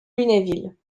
lunéville